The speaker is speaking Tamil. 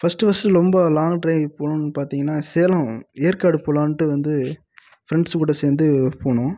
ஃபர்ஸ்ட்டு ஃபர்ஸ்ட்டு லொம்ப லாங் டிரைவ் போணுன்னு பார்த்தீங்கன்னா சேலம் ஏற்காடு போலான்ட்டு வந்து ஃப்ரெண்ட்ஸு கூட சேர்ந்து போனோம்